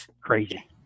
Crazy